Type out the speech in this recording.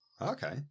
Okay